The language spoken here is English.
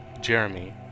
Jeremy